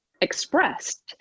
expressed